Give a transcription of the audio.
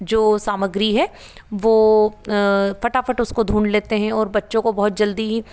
जो सामग्री है वो फटाफट उसको ढूंढ लेते हैं और बच्चों को बहुत जल्दी ही